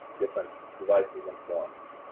different devices and forums.